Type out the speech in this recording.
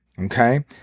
Okay